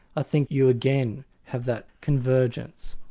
i think you again have that convergence.